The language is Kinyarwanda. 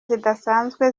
zidasanzwe